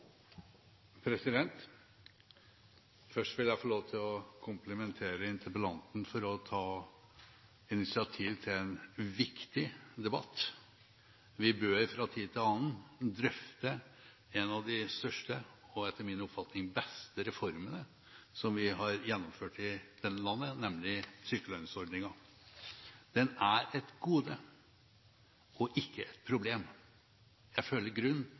ned. Først vil jeg få lov til å komplimentere interpellanten for å ta initiativ til en viktig debatt. Vi bør fra tid til annen drøfte en av de største og etter min oppfatning beste reformene som vi har gjennomført i dette landet, nemlig sykelønnsordningen. Den er et gode og ikke et problem. Jeg føler